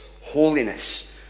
holiness